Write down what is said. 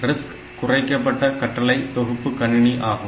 RISC குறைக்கப்பட்ட கட்டளை தொகுப்பு கணினி ஆகும்